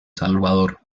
salvador